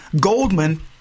Goldman